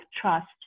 trust